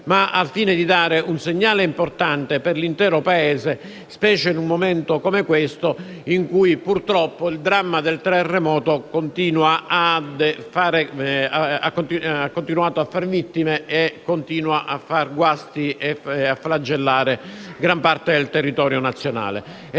al fine di dare un segnale importante per l'intero Paese, specie in un momento come questo in cui purtroppo il dramma del terremoto continua a fare vittime, a produrre guasti e a flagellare gran parte del territorio nazionale.